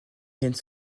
jens